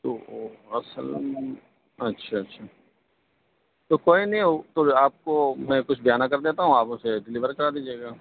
تو اصل اچھا اچھا تو کوئی نہیں تو آپ کو میں کچھ بیان کر دیتا ہوں آپ اُسے ڈلیور کرا دیجیے گا